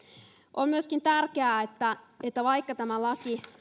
on myöskin tärkeää että että vaikka tämä laki